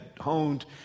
honed